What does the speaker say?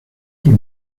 por